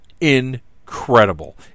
incredible